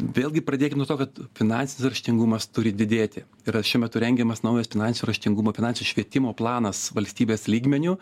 vėlgi pradėkim nuo to kad finansinis raštingumas turi didėti yra šiuo metu rengiamas naujas finansinio raštingumo finansinio švietimo planas valstybės lygmeniu